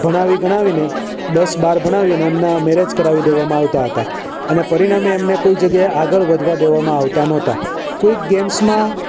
ભણાવી ગણાવીને દસ બાર ભણાવીને એમનાં મેરેજ કરાવી દેવામાં આવતા હતાં અને પરિણામે એમને કોઈ જગ્યાએ આગળ વધવા દેવામાં આવતા નહોતાં કોઈ ગેમ્સમાં